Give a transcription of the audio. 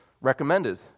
recommended